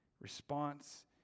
response